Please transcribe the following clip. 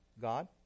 God